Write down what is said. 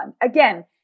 Again